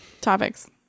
Topics